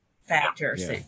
Factors